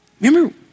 Remember